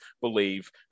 believe